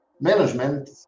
management